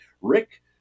Rick